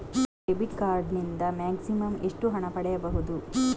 Debit card ನಿಂದ maximum ಎಷ್ಟು ಹಣ ಪಡೆಯಬಹುದು?